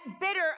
bitter